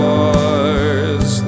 Wars